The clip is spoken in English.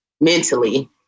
mentally